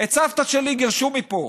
את סבתא שלי גירשו מפה.